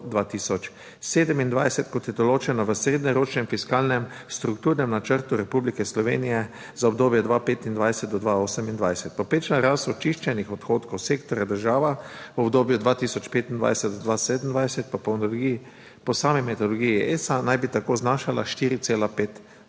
2025-2027, kot je določeno v srednjeročnem fiskalnem strukturnem načrtu Republike Slovenije za obdobje 2025-2028. Povprečna rast očiščenih odhodkov sektorja država v obdobju 2025-2027 pa po sami metodologiji ESA naj bi tako znašala 4,5